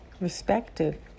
respected